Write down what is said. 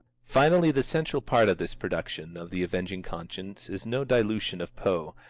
finally, the central part of this production of the avenging conscience is no dilution of poe,